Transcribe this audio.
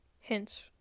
Hence